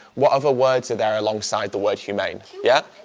what other words are there alongside the word humane? yeah?